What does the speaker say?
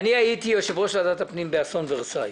הייתי יושב-ראש ועדת הפנים באסון ורסאי,